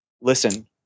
listen